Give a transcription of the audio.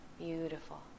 Beautiful